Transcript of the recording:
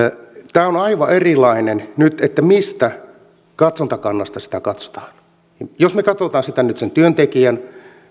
tämä on on aivan erilainen nyt riippuen siitä mistä katsantokannasta sitä katsotaan jos me katsomme sitä nyt työntekijän